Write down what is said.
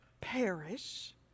perish